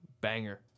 Banger